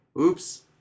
Oops